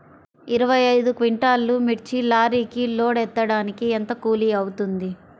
ఇరవై ఐదు క్వింటాల్లు మిర్చి లారీకి లోడ్ ఎత్తడానికి ఎంత కూలి అవుతుంది?